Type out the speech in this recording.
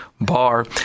Bar